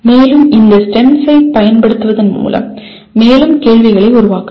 மேலும் இந்த ஸ்டெம்ஸ் ஐப் பயன்படுத்துவதன் மூலம் மேலும் கேள்விகளை உருவாக்கலாம்